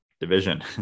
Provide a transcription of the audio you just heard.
division